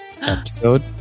Episode